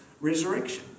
resurrection